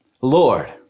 Lord